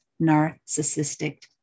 narcissistic